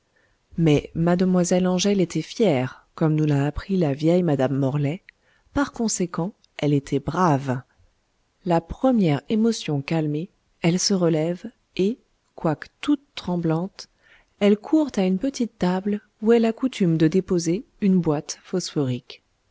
mais mademoiselle angèle était fière comme nous l'a appris la vieille madame morlaix par conséquent elle était brave la première émotion calmée elle se relève et quoique toute tremblante elle court à une petite table où elle a coutume de déposer une boîte